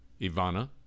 Ivana